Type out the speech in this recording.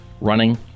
running